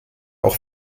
auch